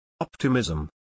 Optimism